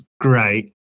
great